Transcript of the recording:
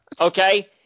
Okay